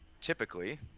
Typically